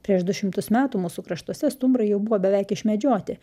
prieš du šimtus metų mūsų kraštuose stumbrai jau buvo beveik išmedžioti